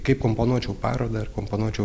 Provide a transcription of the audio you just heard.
kaip komponuočiau parodą ar komponuočiau